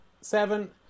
seven